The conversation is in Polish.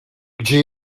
gdzie